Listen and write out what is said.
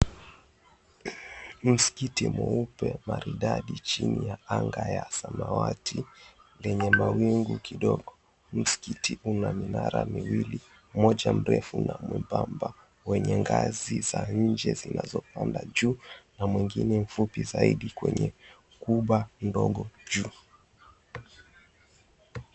Mskiti mweupe maridadi chini ya anga ya samawati lenye mawingu kidogo, mskiti una minara miwili. Mmoja mrefu na mwembamba wenye ngazi za nje zinazopanda juu, na mwengine mfupi zaidi kwenye kuba ndogo juu.